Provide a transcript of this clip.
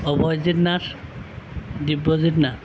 Abhayjit Nath Dibyajit Nath